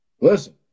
Listen